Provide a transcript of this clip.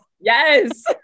Yes